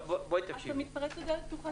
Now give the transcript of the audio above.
אתה מתפרץ לדלת פתוחה.